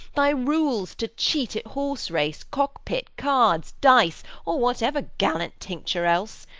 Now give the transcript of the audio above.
thy rules to cheat at horse-race, cock-pit, cards, dice, or whatever gallant tincture else?